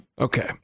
Okay